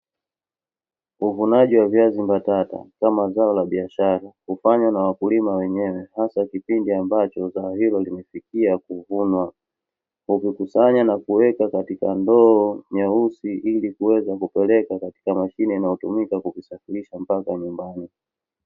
Uvunaji wa viazi mbatata kama zao la biashara, hufanywa na wakulima wenyewe, hasa kipindi ambacho zao hilo limefikia kuvunwa. Ukikusanya na kuweka katika ndoo nyeusi, ili kuweza kupeleka katika mashine inayotumika kuvisafirisha mpaka nyumbani.